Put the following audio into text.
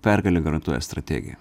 pergalę garantuoja strategija